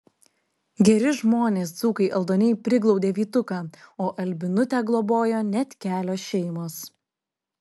geri žmonės dzūkai aldoniai priglaudė vytuką o albinutę globojo net kelios šeimos